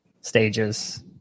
stages